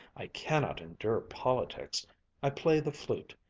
i cannot endure politics i play the flute,